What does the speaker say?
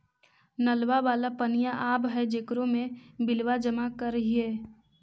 नलवा वाला पनिया आव है जेकरो मे बिलवा जमा करहिऐ?